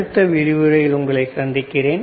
அடுத்த விரிவுரையில் உங்களை சந்திக்கிறேன்